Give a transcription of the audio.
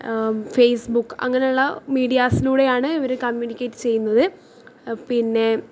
Facebook അങ്ങനെയുള്ള മീഡിയാസിലൂടെയാണ് ഇവർ കമ്മ്യൂണിക്കേറ്റ് ചെയ്യുന്നത് പിന്നെ